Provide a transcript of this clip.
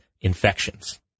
infections